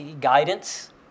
guidance